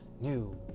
New